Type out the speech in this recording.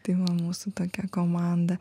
tai va mūsų tokia komanda